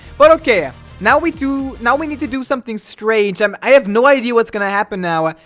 but okay ah now. we do now we need to do something strange i'm i have no idea what's gonna happen now, ah